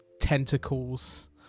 tentacles